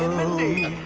mindy.